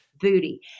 booty